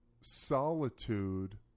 solitude